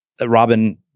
Robin